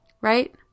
Right